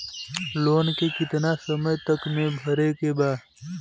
Loan के कितना समय तक मे भरे के बा?